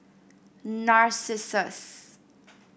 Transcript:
narcissus